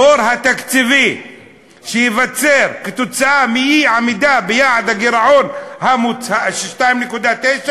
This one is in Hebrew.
הבור התקציבי שייווצר כתוצאה מאי-עמידה ביעד הגירעון 2.9,